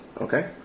Okay